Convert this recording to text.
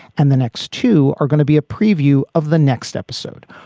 and the next two are going to be a preview of the next episode.